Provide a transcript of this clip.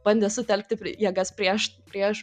bandė sutelkti jėgas prieš prieš